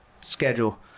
schedule